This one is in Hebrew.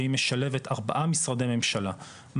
והיא משלב ארבעה משרדי ממשלה,